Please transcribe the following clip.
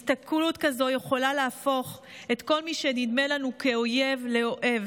הסתכלות כזאת יכולה להפוך את כל מי שנדמה לנו כאויב לאוהב,